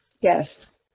Yes